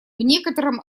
некотором